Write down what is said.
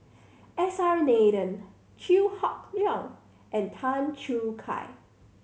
S R Nathan Chew Hock Leong and Tan Choo Kai